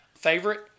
Favorite